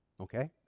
okay